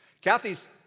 Kathy's